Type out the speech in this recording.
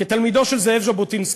כתלמידו של זאב ז'בוטינסקי,